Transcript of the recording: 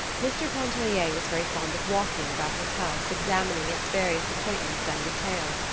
mr. pontellier was very fond of walking about his house examining its various appointments and details,